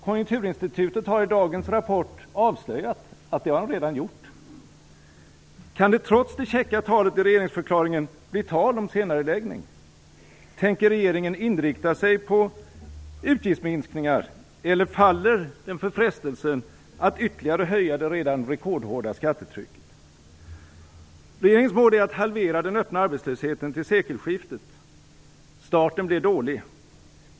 Konjunkturinstitutet har i dagens rapport avslöjat att han redan gjort det. Kan det trots det käcka talet i regeringsförklaringen bli tal om senareläggning? Tänker regeringen inrikta sig på utgiftsminskningar, eller faller den för frestelsen att ytterligare höja det redan rekordhårda skattetrycket? Regeringens mål är att halvera den öppna arbetslösheten till sekelskiftet. Starten blev dålig.